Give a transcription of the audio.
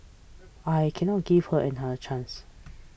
I cannot give her another chance